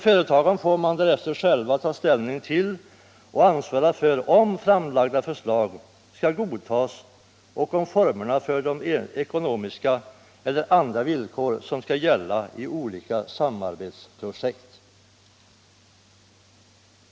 Företagen får därefter själva ta ställning till om framlagda förslag skall godtas och till formerna för de ekonomiska eller andra villkor som skall gälla i olika samarbetsprojekt.